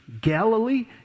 Galilee